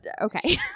okay